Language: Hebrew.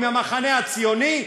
מהמחנה הציוני,